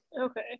Okay